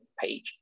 page